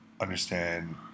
understand